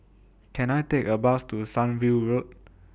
Can I Take A Bus to Sunview Road